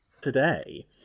Today